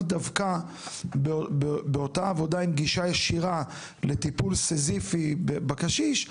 דווקא באותה עבודה עם גישה ישירה לטיפול סיזיפי בקשיש,